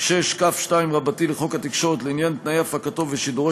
6כ2 לחוק התקשורת לעניין תנאי הפקתו ושידורו